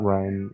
Run